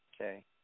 okay